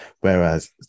whereas